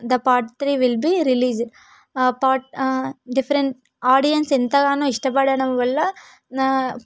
the part three will be release ఆ part different audience ఎంతగానో ఇష్టపడడం వల్ల